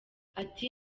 ati